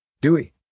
Dewey